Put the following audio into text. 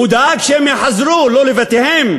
הוא דאג שהם יחזרו, לא לבתיהם,